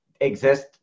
exist